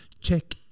Check